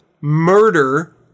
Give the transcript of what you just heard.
murder